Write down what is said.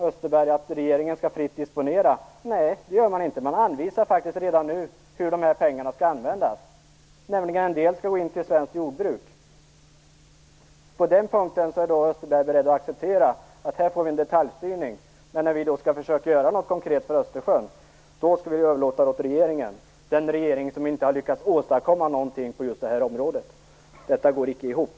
Österberg sade att regeringen skall disponera pengarna fritt, men det gör man inte. Man anvisar faktiskt redan nu hur pengarna skall användas - en del skall gå till svenskt jordbruk. På den punkten är Österberg beredd att acceptera en detaljstyrning. Men när vi skall försöka göra något konkret för Östersjön bör vi överlåta det åt regeringen - samma regering som inte har lyckats åstadkomma någonting på just detta område. Det går inte ihop.